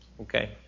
Okay